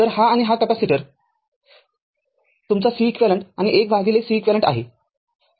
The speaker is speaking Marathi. तरहा आणि हा कॅपेसिटर तुमचा Ceq आणि १Ceq हे आहे